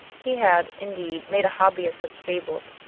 he had, indeed, made a hobby of such fables,